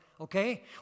okay